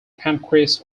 pancreas